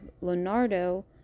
Leonardo